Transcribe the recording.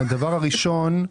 הדבר הראשון הוא